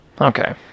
Okay